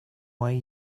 way